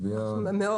מאוד.